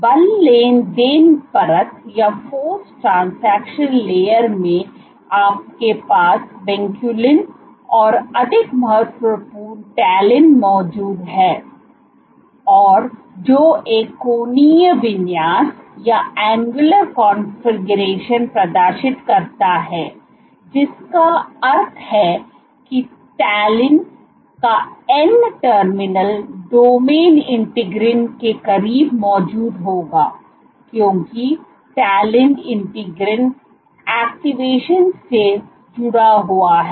बल लेनदेन परत में आपके पास विनक्यूलिन और अधिक महत्वपूर्ण टैलिन मौजूद है और जो एक कोणीय विन्यास प्रदर्शित करता है जिसका अर्थ है कि तालिन का n टर्मिनल डोमेन इंटीग्रीन के करीब मौजूद होगा क्योंकि टैलिन इंटीग्रीन एक्टिवेशन से जुड़ा हुआ है